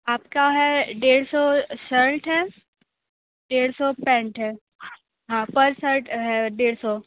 आपका है डेढ़ सौ शर्ट है डेढ़ सौ पैंट है हाँ पर शर्ट है डेढ़ सौ